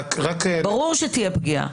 ברור שתהיה פגיעה.